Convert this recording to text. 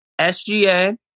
SGA